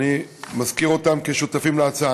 אני מזכיר אותם כשותפים להצעה.